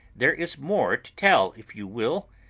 there is more to tell if you will.